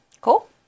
cool